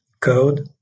code